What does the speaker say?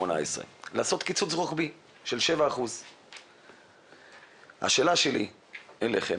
לעשות קיצוץ רוחבי של 7%. השאלה שלי אליכם: